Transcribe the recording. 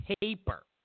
paper